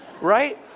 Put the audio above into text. Right